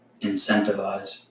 incentivize